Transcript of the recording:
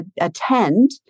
attend